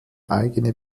eigene